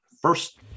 First